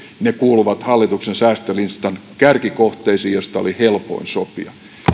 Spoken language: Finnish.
ne kuuluvat hallituksen säästölistan kärkikohteisiin joista oli helpoin sopia